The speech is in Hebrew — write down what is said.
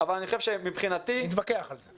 אבל אני חושב שמבחינתי --- נתווכח על זה.